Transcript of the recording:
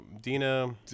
Dina